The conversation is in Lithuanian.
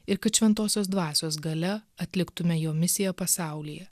ir kad šventosios dvasios galia atliktume jo misiją pasaulyje